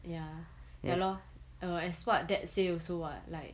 ya ya lor or as what that say you also [what] like